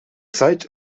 zeit